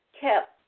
kept